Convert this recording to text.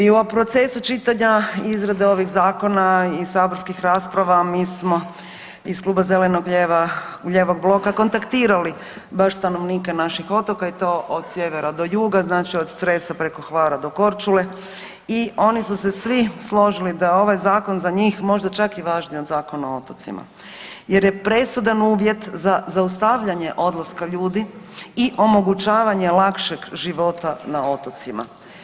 I o procesu čitanja izrade zakona i saborskih rasprava mi smo iz Kluba zeleno-lijevog kontaktirali baš stanovnike naših otoka i to od sjevera do juga znači od Cresa preko Hvara do Korčule i oni su se svi složili da je ovaj zakon za njih možda čak i važniji od Zakona o otocima jer je presudan uvjet za zaustavljanje odlaska ljudi i omogućavanja lakšeg života na otocima.